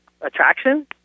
attraction